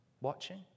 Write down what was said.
Watching